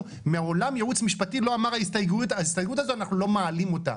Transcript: שמעולם ייעוץ משפטי לא אמר: ההסתייגות הזאת אנחנו לא מעלים אותה.